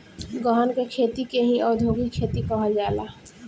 गहन के खेती के ही औधोगिक खेती कहल जाला